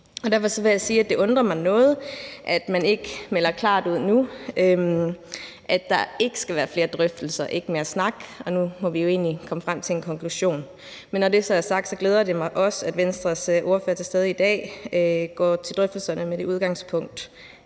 Derfor vil jeg sige, at det undrer mig noget, at man ikke nu melder klart ud, at der ikke skal være flere drøftelser, ikke mere snak, og at vi nu egentlig må komme frem til en konklusion. Men når det så er sagt, glæder det mig også, at Venstres ordfører, der er til stede i dag, går til drøftelserne med det udgangspunkt,